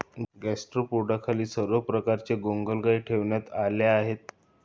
गॅस्ट्रोपोडाखाली सर्व प्रकारच्या गोगलगायी ठेवण्यात आल्या आहेत